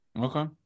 Okay